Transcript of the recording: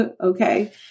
Okay